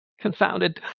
confounded